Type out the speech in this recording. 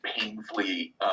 painfully